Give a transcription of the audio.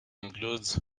includes